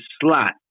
slot